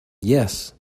yes